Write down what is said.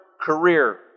career